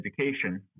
education